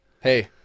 Hey